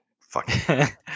Fuck